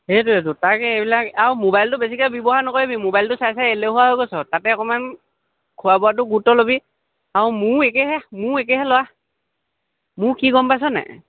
সেইটোৱেইতো তাকে এইবিলাক আৰু মোবাইলটো বেছিকৈ ব্যৱহাৰ নকৰিবি মোবাইলটো চাই চাই এলেহোৱা হৈ গৈছ তাতে অকণমান খোৱা বোৱাটো গুৰুত্ব ল'বি আৰু মোৰো একেইহে মোৰো একেইহে ল'ৰা মোৰ কি গম পাইছ নে